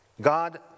God